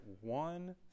one